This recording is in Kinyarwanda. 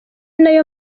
nayo